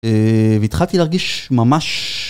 והתחלתי להרגיש ממש...